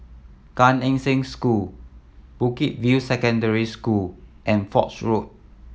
Gan Eng Seng School Bukit View Secondary School and Foch Road